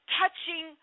touching